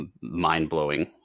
mind-blowing